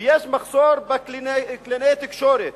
ויש מחסור בקלינאי תקשורת,